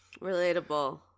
relatable